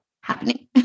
happening